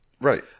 Right